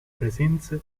presenze